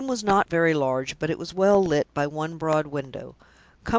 the room was not very large, but it was well lit by one broad window.